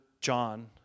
John